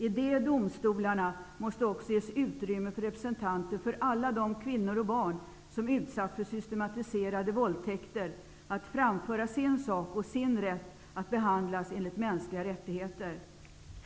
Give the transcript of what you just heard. I de domstolarna måste också ges utrymme för representanter för alla de kvinnor och barn som har utsatts för systematiserade våldtäkter att framföra sin sak och sin rätt att behandlas enligt mänskliga rättigheter.